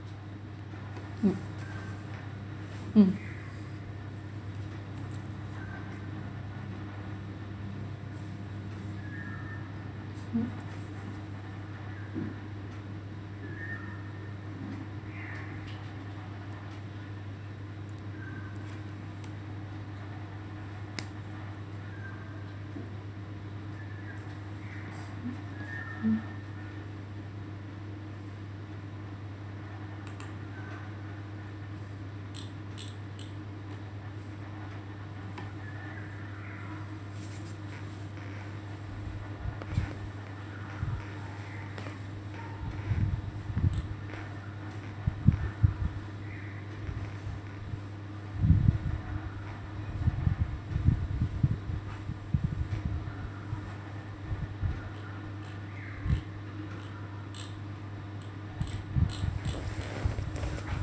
mm mm mm mm